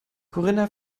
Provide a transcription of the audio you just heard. corinna